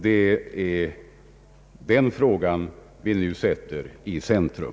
Det är den fråga vi nu sätter i centrum.